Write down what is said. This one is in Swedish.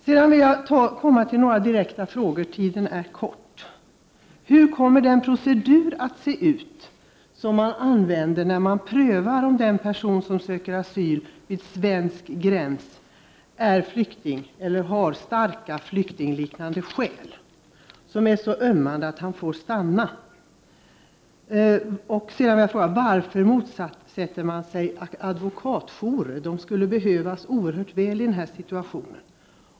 Sedan vill jag komma till några direkta frågor — tiden är kort. Hur kommer den procedur att se ut, som man använder när man prövar om den person som söker asyl vid svensk gräns är flykting eller har starka, flyktingliknande skäl, som är så ömmande att han får stanna? Jag vill också fråga: Varför motsätter man sig advokatjourer? De skulle behövas oerhört väl i denna situation.